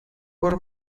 por